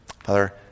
Father